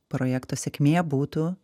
projekto sėkmė būtų